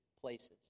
places